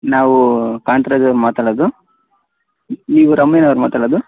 ನಾವು ಕಾಂತರಾಜವರು ಮಾತಾಡೋದು ನೀವು ರಮ್ಯ ಅವರು ಮಾತಾಡೋದು